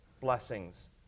blessings